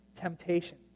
temptation